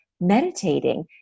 meditating